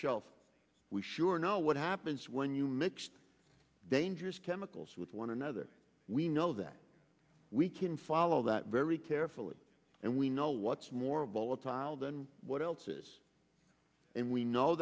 shelf we sure know what happens when you mix dangerous chemicals with one another we know that we can follow that very carefully and we know what's more volatile than what else is and we know